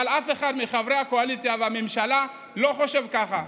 אף אחד מחברי הקואליציה והממשלה לא חושב ככה,